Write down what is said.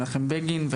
מנחם בגין,